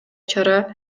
чара